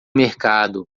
mercado